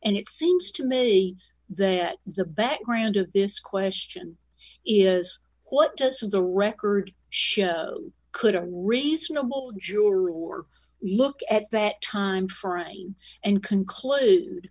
and it seems to me that the background of this question is what does the record show could a reasonable jury look at that time trying and conclude